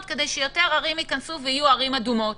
כדי שיותר ערים ייכנסו ויהיו ערים אדומות.